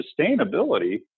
sustainability